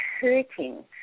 hurting